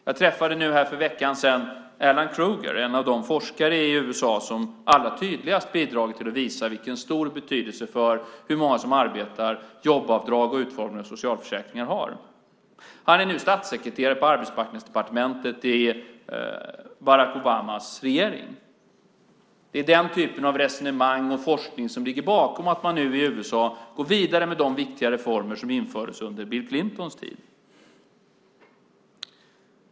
Jag träffade för en vecka sedan Alan Krueger, en av de forskare i USA som allra tydligast bidragit till att visa vilken stor betydelse jobbskatteavdrag och utformningen av socialförsäkringar har för hur många som arbetar. Han är i dag statssekreterare på arbetsmarknadsdepartementet i Barack Obamas regering. Det är den typen av resonemang och forskning som ligger bakom att man i USA nu går vidare med de viktiga reformer som infördes under Bill Clintons tid.